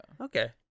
Okay